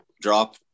drop